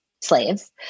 slaves